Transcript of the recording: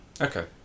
Okay